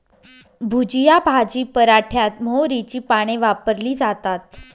भुजिया भाजी पराठ्यात मोहरीची पाने वापरली जातात